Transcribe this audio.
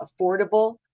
affordable